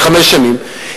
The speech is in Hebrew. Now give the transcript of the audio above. לחמש שנים,